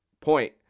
point